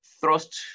thrust